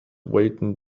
weighted